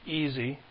easy